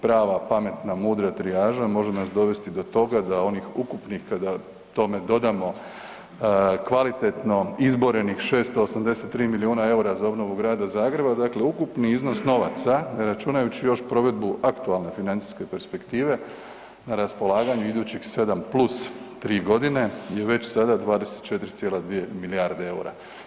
Prava pametna, mudra trijaža može nas dovesti do toga da onih ukupnih kada tome dodamo kvalitetno izborenih 683 milijuna eura za obnovu Grada Zagreba, dakle ukupni iznos novaca, ne računajući još provedbu aktualne financijske perspektive na raspolaganju idućih 7 plus 3 godine je već sada 24,2 milijarde eura.